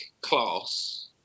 class